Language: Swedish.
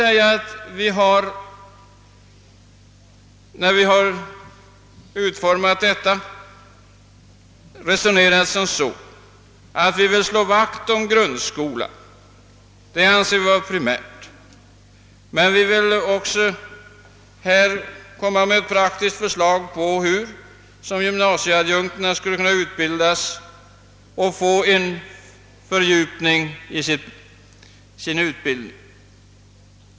När vi har utformat detta förslag har vi resonerat så, att vi vill slå vakt om grundskolan — det anser vi vara primärt — men också lägga fram ett praktiskt förslag om hur gymnasieadjunkterna skulle kunna få en fördjupad utbildning.